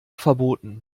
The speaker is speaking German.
verboten